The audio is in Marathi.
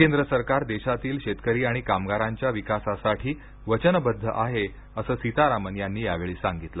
केंद्र सरकार देशातील शेतकरी आणि कामगारांच्या विकासासाठी वचनबद्ध आहे असं सीतारामन यांनी यावेळी सांगितलं